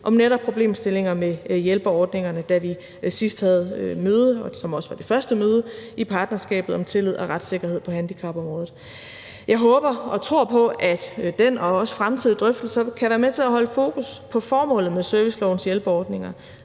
om netop problemstillinger med hjælperordningerne, da vi sidst havde møde – det var også det første møde i Partnerskab om tillid og retssikkerhed på handicapområdet. Jeg håber og tror på, at den og også fremtidige drøftelser kan være med til at holde fokus på formålet med servicelovens hjælperordninger,